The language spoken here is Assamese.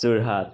যোৰহাট